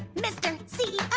mr. ceo